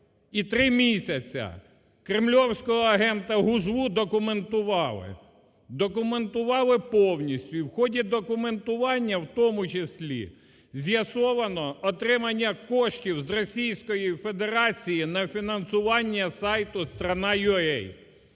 І три місяці кремлівського агента Гужву документували. Документували повністю і в ході документування в тому числі з'ясовано отримання коштів з Російської Федерації на фінансування сайту "Страна.ua".